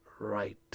right